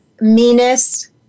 meanness